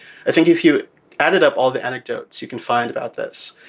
i think if you added up all the anecdotes you can find about this.